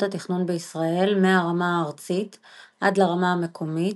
התכנון בישראל מהרמה הארצית עד לרמה המקומית,